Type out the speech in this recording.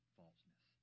falseness